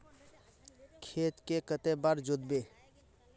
खेत के कते बार जोतबे?